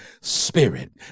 spirit